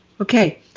Okay